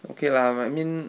okay lah but I mean